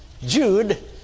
Jude